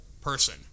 person